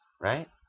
Right